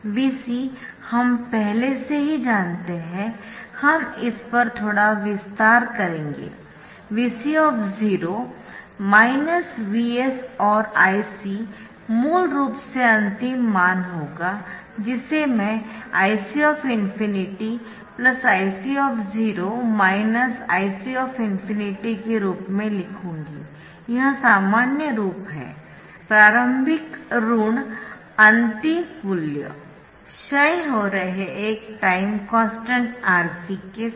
Vc हम पहले से ही जानते है हम इस पर थोड़ा विस्तार करेंगे Vc माइनस Vs और Ic मूल रूप से अंतिम मान होगा जिसे मैं Ic ∞ Ic माइनस Ic ∞ के रूप में लिखूंगी यह सामान्य रूप है प्रारंभिक ऋण अंतिम मूल्य क्षय हो रहे एक टाइम कॉन्स्टन्ट RC के साथ